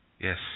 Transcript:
Yes